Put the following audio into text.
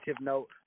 note